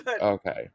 Okay